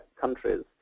countries